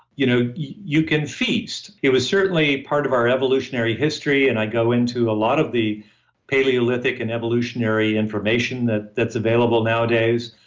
you know you can feast. it was certainly part of our evolutionary history and i go into a lot of the paleolithic and evolutionary information that's available nowadays,